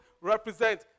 represent